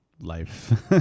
life